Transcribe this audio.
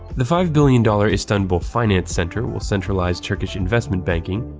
the five billion dollars istanbul finance center will centralize turkish investment banking,